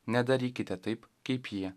nedarykite taip kaip jie